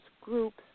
groups